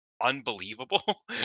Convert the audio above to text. unbelievable